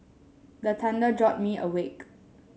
the thunder jolt me awake